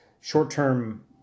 short-term